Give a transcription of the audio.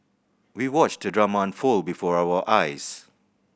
we watched the drama unfold before our eyes